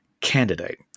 candidate